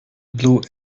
blue